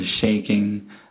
shaking